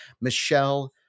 Michelle